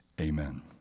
Amen